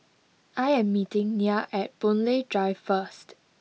I am meeting Nya at Boon Lay Drive first